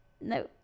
No